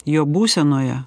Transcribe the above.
jo būsenoje